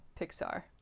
Pixar